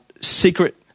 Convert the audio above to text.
secret